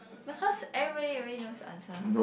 because everybody already knows the answer